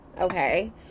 okay